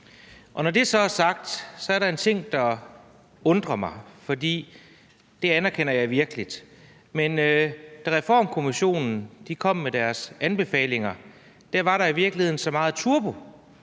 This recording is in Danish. Når det så er sagt, er der en ting, der undrer mig. Da Reformkommissionen kom med deres anbefalinger, var der i virkeligheden så meget turbo